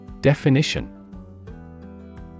Definition